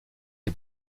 est